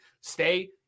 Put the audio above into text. Stay